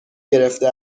گرفته